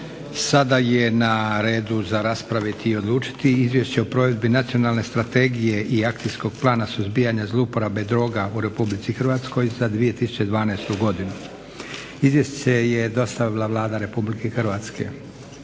Sada je na redu za raspraviti i odlučiti - Izvješće o provedbi Nacionalne strategije i Akcijskog plana suzbijanja zlouporabe droga u Republici Hrvatskoj za 2012. godinu Izvješće je dostavila Vlada Republike Hrvatske.